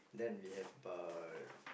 then we have about